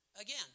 again